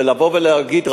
ולבוא ולהגיד,